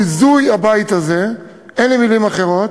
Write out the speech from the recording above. ביזוי הבית הזה, אין לי מילים אחרות.